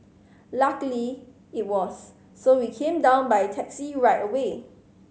luckily it was so we came down by taxi right away